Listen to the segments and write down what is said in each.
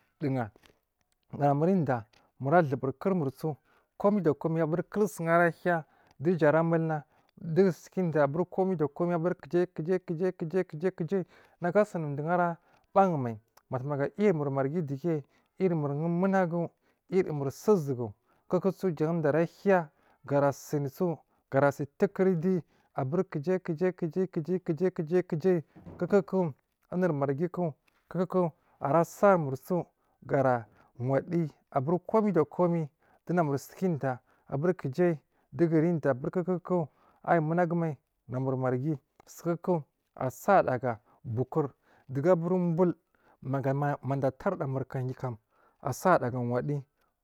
Majakura kovan kuku a saringa duhaa ga namur udiyya muratubu rikurmurso komai da komai kulson ara hiyya du jara mulna dugu sukadiyya aburi komai da kuma kujai kujai kujai nagu asini duho raban mai matumagu iyiri murmarghi digge iyirimurwon muna gu iyiri mur susugu kukuso janda ara hiyya gara sunsu gara sun tukar uvi kujai kujai kujai kujai kuku unur marghi ku kuku a ra sarimursu gara wadiyyi abur komai da komai du namur suka diyya kujai du namur udiyya ayi mu nagu mai namur marghi koko asaridaga buhur dugu abur umbul mada a tarda murkayukam asaridaga wadiyyi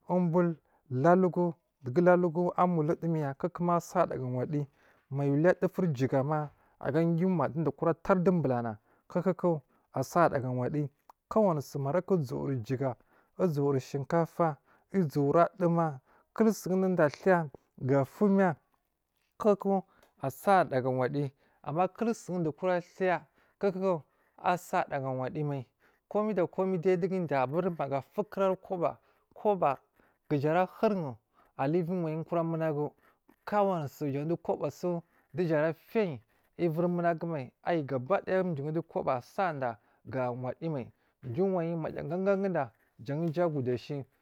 um bul lalugyu, dugu lalugu amulu dumya kukuma asaridaga wadiyyi mai aluya dufur jugama aga giyimna alaridu bulana kuku asarida ga wadiyyi kowani su maraca uzuwori jigga, uzuwori shinkafa, uzuwori adowomaa, sundowo ataya gafowo miya kuku asaridda ga wadiyyi amma kul sundowo kura tayya kuku asaridda ga waddiyyi mai komai da komai dadugu udiyya aburi maga a fulhuriri akura kobai koba gaja ara hurin alu uviyi wayi kura munagu kowanisu jan jara fegyin uviri munagu mai gabadiya dowo do lo kobo a sanda ga waddiyi mai duwo wai maja ga gagu da jandowo ja aku dashi.